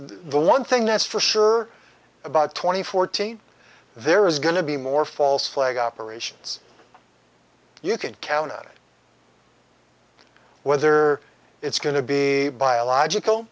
the one thing that's for sure about twenty forty there is going to be more false flag operations you can count on it whether it's going to be biological